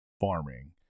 farming